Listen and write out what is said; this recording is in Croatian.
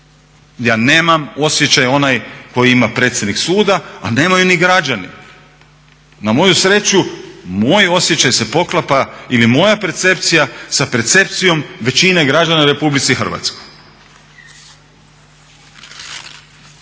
Ja nemam osjećaj onaj koji ima predsjednik suda, a nemaju ni građani. Na moju sreću moj osjećaj se poklapa ili moja percepcija sa percepcijom većine građana u RH.